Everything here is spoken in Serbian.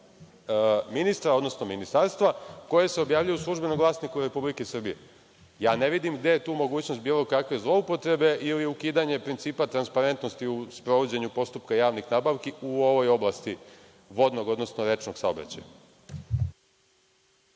ministra, odnosno ministarstva, koji se objavljuju u „Službenom glasniku Republike Srbije“. Ne vidim gde je tu mogućnost bilo kakve zloupotrebe ili ukidanje principa transparentnosti u sprovođenju postupka javnih nabavki u ovoj oblasti, vodnog, odnosno rečnog saobraćaja.